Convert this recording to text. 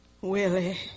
Willie